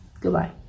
goodbye